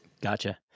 Gotcha